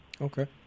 Okay